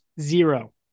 Zero